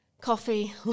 Coffee